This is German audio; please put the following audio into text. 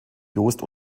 jost